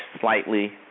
slightly